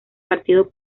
partido